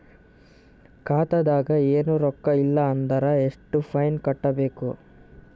ಖಾತಾದಾಗ ಏನು ರೊಕ್ಕ ಇಲ್ಲ ಅಂದರ ಎಷ್ಟ ಫೈನ್ ಕಟ್ಟಬೇಕು?